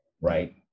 right